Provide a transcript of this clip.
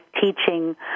teaching